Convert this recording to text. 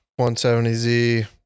170z